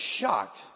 shocked